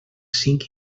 cinc